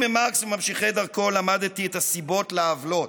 אם ממרקס וממשיכי דרכו למדתי את הסיבות לעוולות,